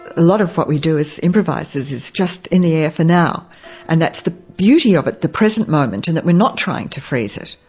a lot of what we do as improvisers is just in the air for now and that's the beauty of it, the present moment and we're not trying to freeze it.